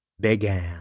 began